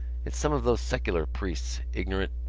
it's some of those secular priests, ignorant,